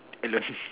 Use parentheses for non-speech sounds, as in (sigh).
alone (laughs)